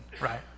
right